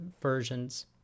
versions